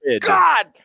god